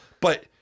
But-